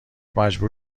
مجبور